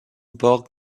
borg